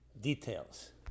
details